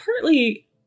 partly